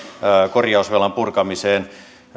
korjausvelan purkamiseen